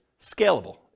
scalable